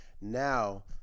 now